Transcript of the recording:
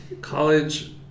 college